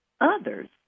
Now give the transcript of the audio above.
others